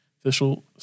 Official